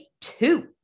two